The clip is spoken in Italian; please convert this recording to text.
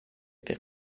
per